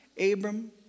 Abram